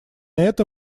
это